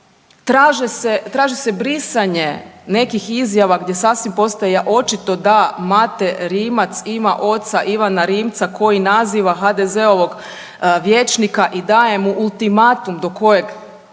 traži se brisanje nekih izjava gdje sasvim postaje očito da Mate Rimac ima oca Ivana Rimca koji naziva HDZ-ovog vijećnika i daje mu ultimatum do kojeg